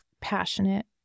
passionate